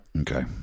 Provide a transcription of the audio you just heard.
okay